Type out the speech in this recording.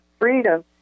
freedom